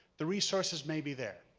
the resources may be there.